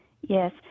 Yes